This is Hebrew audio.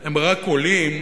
הם רק עולים,